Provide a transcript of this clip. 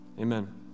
Amen